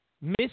Miss